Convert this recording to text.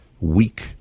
weak